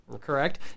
correct